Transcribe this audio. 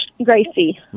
Gracie